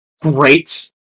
great